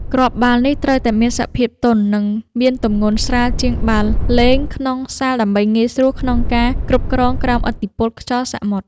គ្រាប់បាល់នេះត្រូវតែមានសភាពទន់ និងមានទម្ងន់ស្រាលជាងបាល់លេងក្នុងសាល ដើម្បីងាយស្រួលក្នុងការគ្រប់គ្រងក្រោមឥទ្ធិពលខ្យល់សមុទ្រ។